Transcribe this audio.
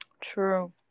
True